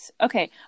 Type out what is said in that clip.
okay